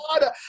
God